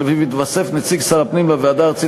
שלפיו יתווסף נציג שר הפנים לוועדה הארצית